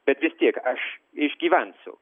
bet vis tiek aš išgyvensiu